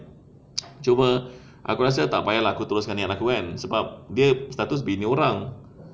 cuma aku rasa tak payah lah aku teruskan niat aku kan sebab dia satu bini orang